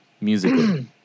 Musically